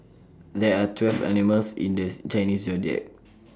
there are twelve animals in these Chinese Zodiac